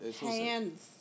Hands